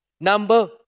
Number